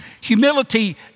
Humility